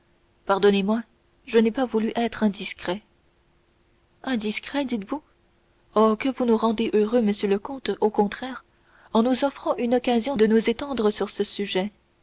pardonnez-moi je n'ai pas voulu être indiscret indiscret dites-vous oh que vous nous rendez heureux monsieur le comte au contraire en nous offrant une occasion de nous étendre sur ce sujet